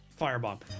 firebomb